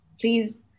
please